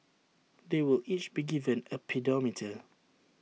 they will each be given A pedometer